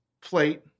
plate